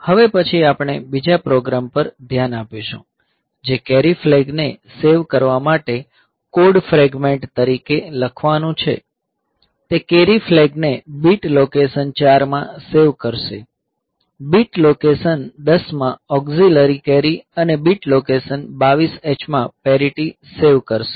હવે પછી આપણે બીજા પ્રોગ્રામ પર ધ્યાન આપીશું જે કેરી ફ્લેગ ને સેવ કરવા માટે કોડ ફ્રેગમેન્ટ તરીકે લખવાનું છે તે કેરી ફ્લેગને બીટ લોકેશન 4 માં સેવ કરશે બિટ લોકેશન 10 માં ઓક્ઝિલરી કેરી અને બીટ લોકેશન 22 H માં પેરિટી સેવ કરશે